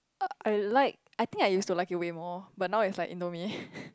uh I like I think I used to like it way more but now is like indomie